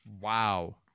Wow